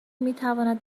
میتواند